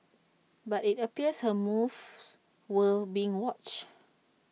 but IT appears her moves were being watched